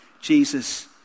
Jesus